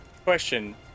Question